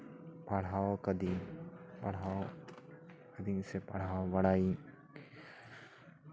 ᱯᱟᱲᱦᱟᱣ ᱟᱠᱟᱫᱟᱹᱧ ᱯᱟᱲᱦᱟᱣ ᱠᱟᱹᱫᱟᱹᱧ ᱥᱮ ᱯᱟᱲᱦᱟᱣ ᱵᱟᱲᱟᱭᱟᱹᱧ